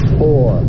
four